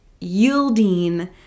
yielding